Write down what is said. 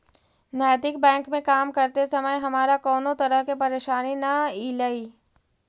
नैतिक बैंक में काम करते समय हमारा कउनो तरह के परेशानी न ईलई